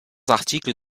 articles